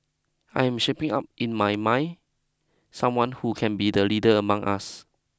I am shaping up in my mind someone who can be the leader among us